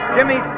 Jimmy